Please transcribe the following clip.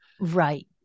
right